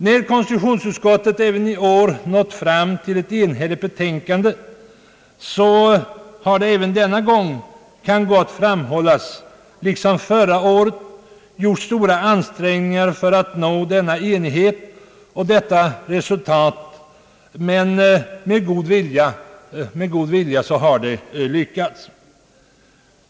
När konstitutionsutskottet även i år nått fram till ett enhälligt memorial har det också denna gång — det kan gott framhållas — liksom förra året gjorts stora ansträngningar för att nå denna enighet och detta resultat. Med god vilja har det också lyckats.